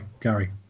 Gary